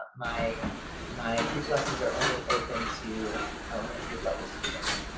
my my group lessons are only open to elementary level students.